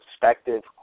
perspective